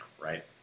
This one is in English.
Right